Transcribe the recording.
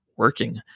working